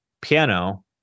piano